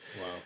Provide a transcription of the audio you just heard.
Wow